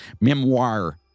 Memoir